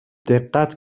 دقت